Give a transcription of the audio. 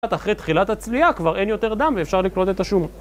אחרי תחילת הצלייה כבר אין יותר דם ואפשר לקלוט את השום.